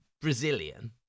Brazilian